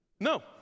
No